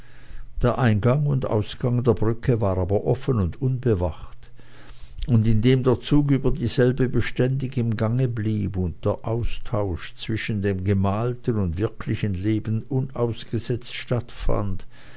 der eingang und ausgang der brücke aber war offen und unbewacht und indem der zug über dieselbe beständig im gange blieb und der austausch zwischen dem gemalten und wirklichen leben unausgesetzt stattfand